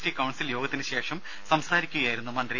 T council യോഗത്തിന് ശേഷം സംസാരിക്കുകയായിരുന്നു മന്ത്രി